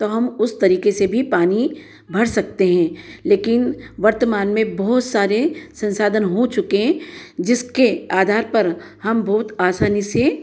तो हम उस तरीके से भी पानी भर सकते हैं लेकिन वर्तमान में बहुत सारे संसाधन हो चुके जिसके आधार पर हम बहुत आसानी से